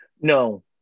No